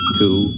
two